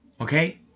Okay